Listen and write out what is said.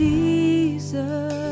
Jesus